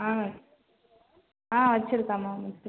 ம் ம் வச்சுருக்கேன் மேம் வச்சுருக்கேன்